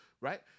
Right